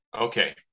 Okay